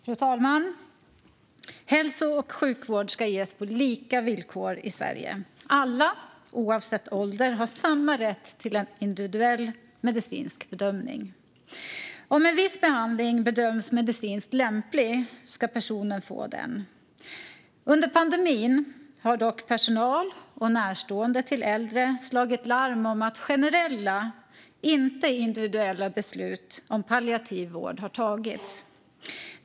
Fru talman! Hälso och sjukvård ska ges på lika villkor i Sverige. Alla, oavsett ålder, har samma rätt till en individuell medicinsk bedömning. Om en viss behandling bedöms vara medicinskt lämplig ska personen få den. Under pandemin har dock personal och närstående till äldre slagit larm om att generella, inte individuella, beslut om palliativ vård har fattats.